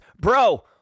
bro